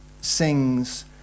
sings